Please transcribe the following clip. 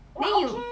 then you